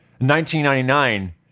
1999